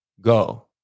go